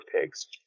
pigs